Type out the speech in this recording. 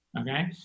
Okay